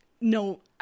no